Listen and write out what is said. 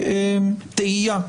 זה כתהייה.